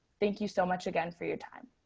thank you so much again for your time.